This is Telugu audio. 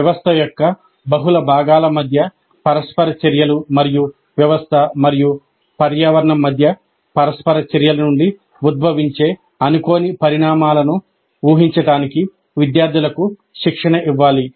వ్యవస్థ యొక్క బహుళ భాగాల మధ్య పరస్పర చర్యలు మరియు వ్యవస్థ మరియు పర్యావరణం మధ్య పరస్పర చర్యల నుండి ఉద్భవించే అనుకోని పరిణామాలను ఊహించడానికి విద్యార్థులకు శిక్షణ ఇవ్వాలి